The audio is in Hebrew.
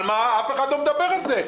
אבל מה, אף אחד לא מדבר על זה.